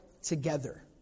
Together